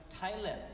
Thailand